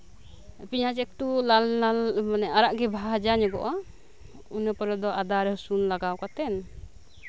ᱯᱮᱭᱟᱸᱡᱽ ᱮᱠᱴᱩ ᱞᱟᱞ ᱞᱟᱞ ᱟᱨᱟᱜ ᱜᱮ ᱵᱷᱟᱡᱟ ᱧᱚᱜᱚᱜᱼᱟ ᱤᱱᱟᱹ ᱯᱚᱨᱮ ᱫᱚ ᱟᱫᱟ ᱨᱚᱥᱩᱱ ᱞᱟᱜᱟᱣ ᱠᱟᱛᱮᱱ